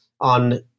on